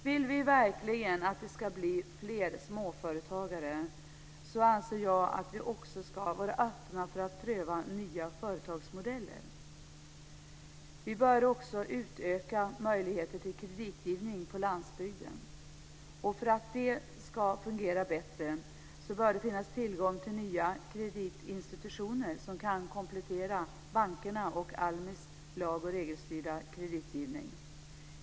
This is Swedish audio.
Vill vi verkligen att det ska bli fler småföretagare, anser jag att vi också ska vara öppna för att pröva nya företagsmodeller. Vi bör också utöka möjligheten till kreditgivning på landsbygden. För att det ska fungera bättre bör det finnas tillgång till nya kreditinstitutioner, som kan komplettera bankernas och Almis lagoch regelstyrda kreditgivning.